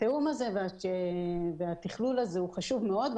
התיאום הזה והתכלול הזה הוא חשוב מאוד.